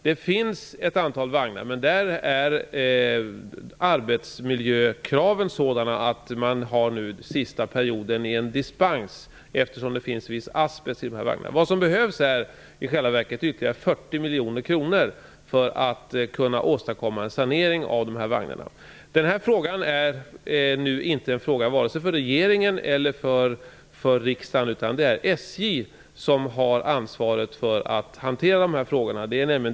Det finns ett antal vagnar, men arbetsmiljökraven leder till att de under sista perioden går på dispens eftersom det finns asbest i dem. Det behövs ytterligare 40 miljoner kronor för att sanera dessa vagnar. Detta är inte en fråga för vare sig regeringen eller riksdagen, utan det är SJ som har ansvaret för att hantera frågan.